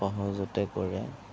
সহজতে কৰে